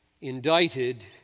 indicted